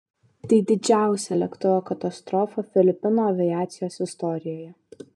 tai didžiausia lėktuvo katastrofa filipinų aviacijos istorijoje